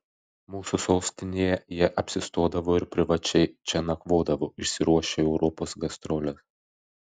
mūsų sostinėje jie apsistodavo ir privačiai čia nakvodavo išsiruošę į europos gastroles